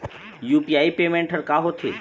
UPI payment हर का होते?